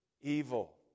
evil